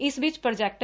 ਇਸ ਵਿਚ ਪ੍ਰੋਜੈਕਟਰ